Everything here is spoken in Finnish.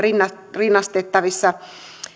rinnastettavissa